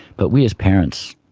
but we as parents,